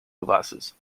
glasses